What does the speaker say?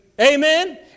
Amen